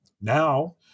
now